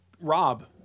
Rob